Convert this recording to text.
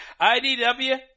IDW